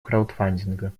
краудфандинга